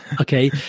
okay